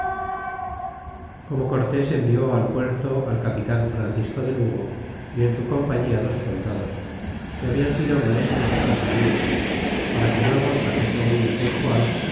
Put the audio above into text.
como cortés envió al puerto al capitan francisco de lugo y en su compañia dos soldados que hablan sido maestres de hacer navíos para que luego traxese allí á